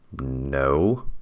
No